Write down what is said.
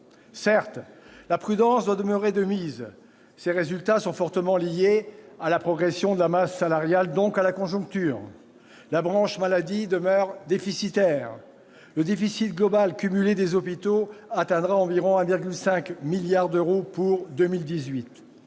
Mais la prudence doit demeurer de mise : ces résultats sont fortement liés à la progression de la masse salariale, donc à la conjoncture ; la branche maladie demeure déficitaire ; le déficit global cumulé des hôpitaux atteindra environ 1,5 milliard d'euros en 2018.